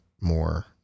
more